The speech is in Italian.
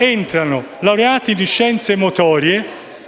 in scienze motorie,